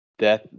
death